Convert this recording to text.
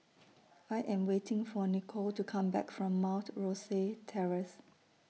I Am waiting For Nichol to Come Back from Mount Rosie Terrace